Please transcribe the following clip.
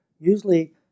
usually